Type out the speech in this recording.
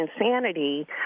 insanity